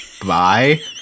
Bye